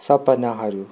सपनाहरू